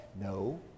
No